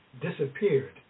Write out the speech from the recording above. disappeared